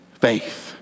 faith